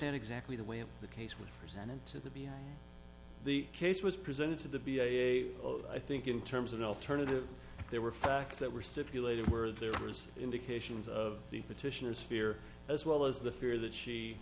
and exactly the way in the case with presented to the be the case was presented to the b a i think in terms of l turn of the there were facts that were stipulated where there was indications of the petitioners fear as well as the fear that she